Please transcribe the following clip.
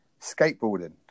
skateboarding